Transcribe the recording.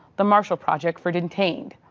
the marshall project for detained.